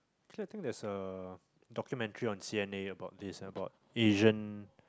clearly I think there's a ah documentary on C_N_A about this about Asian